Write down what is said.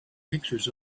pictures